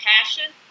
passion